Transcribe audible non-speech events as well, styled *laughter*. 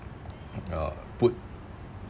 *noise* uh put